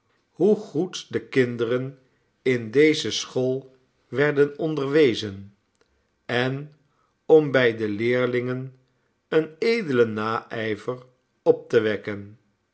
hoe goed de kinderen in deze school werden onderwezen en om bij de leerlingen een edelen naijver op te wekken